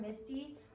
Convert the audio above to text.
misty